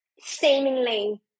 seemingly